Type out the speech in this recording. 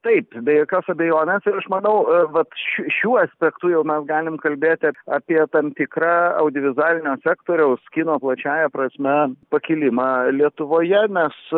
taip be jokios abejonės ir aš manau vat šį šiuo aspektu jau mes galim kalbėti a apie tam tikrą audiovizualinio sektoriaus kino plačiąja prasme pakilimą lietuvoje mes